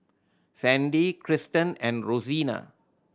Sandy Kristan and Rosina